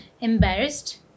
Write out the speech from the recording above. embarrassed